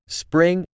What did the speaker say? spring